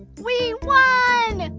we won!